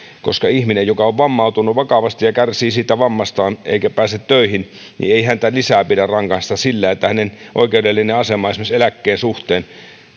eikä ihmistä joka on vammautunut vakavasti ja kärsii siitä vammastaan eikä pääse töihin lisää pidä rangaista sillä että hänen oikeudellinen asemansa esimerkiksi eläkkeen suhteen